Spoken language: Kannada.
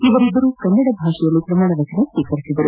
ಇವರಿಬ್ಬರೂ ಕನ್ನಡದಲ್ಲಿ ಪ್ರಮಾಣ ವಚನ ಸ್ವೀಕರಿಸಿದರು